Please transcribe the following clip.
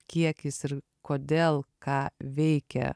kiek jis ir kodėl ką veikia